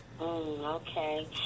Okay